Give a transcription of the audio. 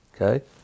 Okay